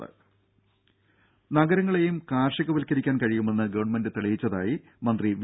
രുര നഗരങ്ങളെയും കാർഷികവൽക്കരിക്കാൻ കഴിയുമെന്ന് ഗവൺമെന്റ് തെളിയിച്ചതായി മന്ത്രി വി